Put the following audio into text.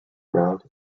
ground